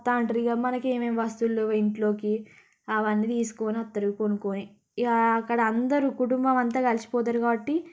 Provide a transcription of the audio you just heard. వస్తూ ఉంటారు ఇక మనకేమేం వస్తువులు లేవు ఇంట్లోకీ అవన్నీ తీసుకొని వస్తారు కొనుక్కొని ఇక అక్కడ అందరు కుటుంబం అంతా కలిసిపోతారు కాబట్టీ